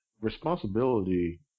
responsibility